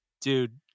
Dude